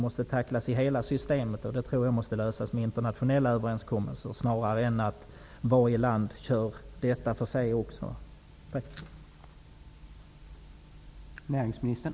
Detta problem tror jag måste lösas genom internationella överenskommelser snarare än genom att varje land för sig sköter det.